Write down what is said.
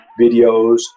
videos